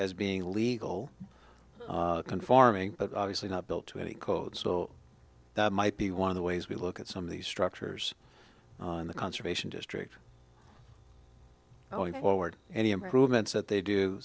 as being legal conforming but obviously not built to any code so that might be one of the ways we look at some of these structures in the conservation district going forward any improvements that they do